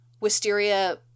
wisteria